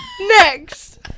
Next